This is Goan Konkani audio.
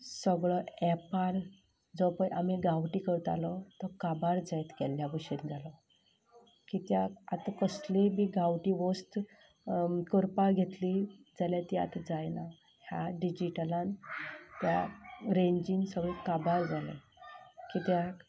सगळो वेपार जो पळय आमीं गांवठी करतालो तो काबार जायत गेल्ल्या भशेन जालो कित्याक आतां कसलीय बी गांवठी वस्त करपाक घेतली जाल्यार ती आतां जायना ह्या डिजिटलान त्या रेंजिंत सगळें काबार जालें कित्याक